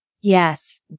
Yes